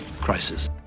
crisis